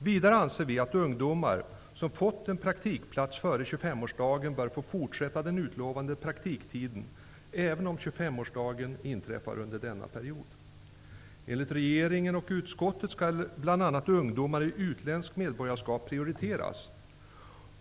Vidare anser vi att ungdomar som fått en praktikplats före 25-årsdagen bör få fortsätta den utlovade praktiktiden, även om 25-årsdagen inträffar under denna period. ungdomar med utländskt medborgarskap prioriteras.